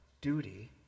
duty